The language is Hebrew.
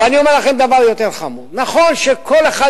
אבל אני אומר לכם דבר יותר חמור: נכון שכל אחד